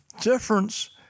difference